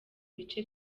bice